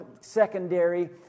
secondary